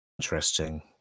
Interesting